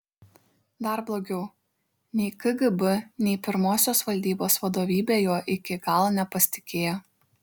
dar blogiau nei kgb nei pirmosios valdybos vadovybė juo iki galo nepasitikėjo